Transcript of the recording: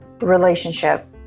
relationship